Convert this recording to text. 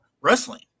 wrestling